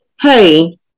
hey